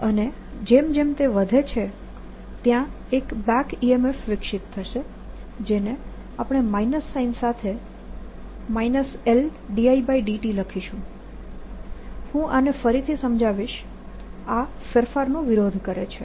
અને જેમ જેમ તે વધે છે ત્યાં એક બેક EMF વિકસિત થશે જેને આપણે માઈનસ સાઈન સાથે LdIdt લખીશું હું આને ફરીથી સમજાવીશ આ ફેરફારનો વિરોધ કરે છે